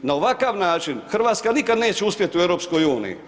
Na ovakav način Hrvatska nikad neće uspjeti u EU.